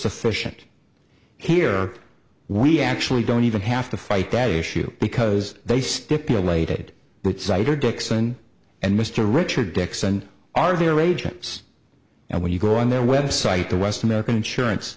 sufficient here we actually don't even have to fight that issue because they stipulated but cider dixon and mr richard dixon are their agents and when you go on their website the west